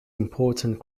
important